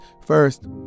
First